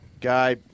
guy